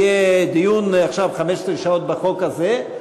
יהיה דיון של 15 שעות בחוק הזה,